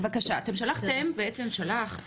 את שלחת